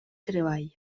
treball